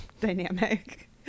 dynamic